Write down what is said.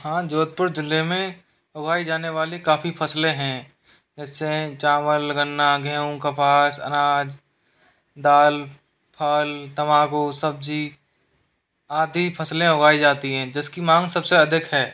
हाँ जोधपुर जिले में उगाई जाने वाली काफ़ी फसलें हैं जैसे चावल गन्ना गेहूँ कपास अनाज दाल फल तंबाकू सब्जी आदि फसलें उगाई जाती हैं जिसकी मांग सबसे अधिक है